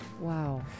Wow